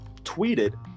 tweeted